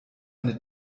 eine